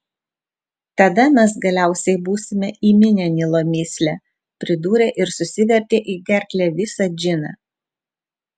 tada mes galiausiai būsime įminę nilo mįslę pridūrė ir susivertė į gerklę visą džiną